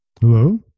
Hello